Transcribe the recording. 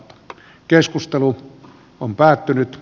keskustelu on päättynyt